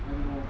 I don't know